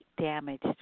damaged